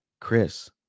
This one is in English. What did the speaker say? Chris